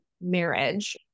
marriage